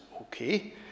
okay